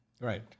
Right